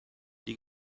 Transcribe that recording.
die